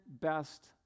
best